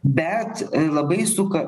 bet labai suka